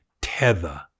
tether